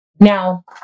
Now